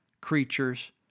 creatures